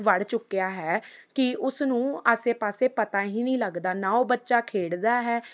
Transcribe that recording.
ਵੜ ਚੁੱਕਿਆ ਹੈ ਕਿ ਉਸ ਨੂੰ ਆਸੇ ਪਾਸੇ ਪਤਾ ਹੀ ਨਹੀਂ ਲੱਗਦਾ ਨਾ ਉਹ ਬੱਚਾ ਖੇਡਦਾ ਹੈ